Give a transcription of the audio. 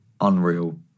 Unreal